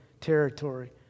territory